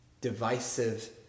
Divisive